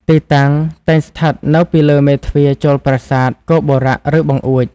ទីតាំង តែងស្ថិតនៅពីលើមេទ្វារចូលប្រាសាទ គោបុរៈ ឬបង្អួច។